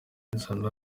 zana